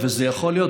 השבוע,